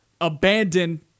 abandon